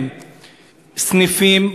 סניפים,